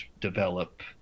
develop